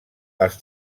els